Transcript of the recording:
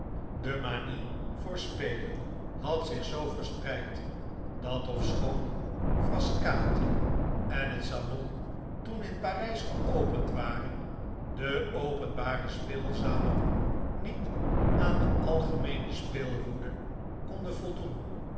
de manie voor spelen had zich zoo verspreid dat ofschoon frascati en het salon toen in parijs geopend waren de openbare speelzalen niet aan de algemeene speelwoede konden voldoen